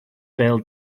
bêl